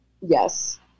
Yes